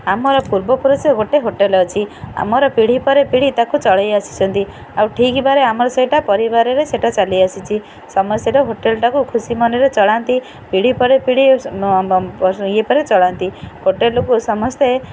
ଆମର ପୂର୍ବପୁରୁଷ ଗୋଟେ ହୋଟେଲ୍ ଅଛି ଆମର ପିଢ଼ି ପରେ ପିଢ଼ି ତା'କୁ ଚଳେଇ ଆସିଛନ୍ତି ଆଉ ଠିକ୍ ଭାବରେ ଆମର ସେଇଟା ପରିବାରରେ ସେଟା ଚାଲି ଆସିଛି ସମସ୍ତେ ସେଟା ହୋଟେଲ୍ଟାକୁ ଖୁସି ମନରେ ଚଳାନ୍ତି ପିଢ଼ି ପରେ ପିଢ଼ି ଇଏ ପରେ ଚଳାନ୍ତି ହୋଟେଲ୍କୁ ସମସ୍ତେ